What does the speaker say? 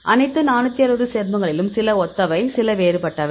அனைத்து 460 சேர்மங்களில் சில ஒத்தவை சில வேறுபட்டவை